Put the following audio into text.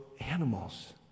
animals